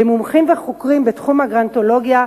במומחים וחוקרים בתחום הגרונטולוגיה,